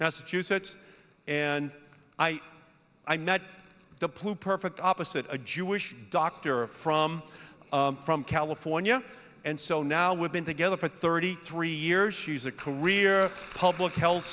few sets and i i met the poop perfect opposite a jewish doctor from from california and so now we've been together for thirty three years she's a career public health